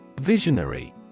Visionary